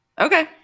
okay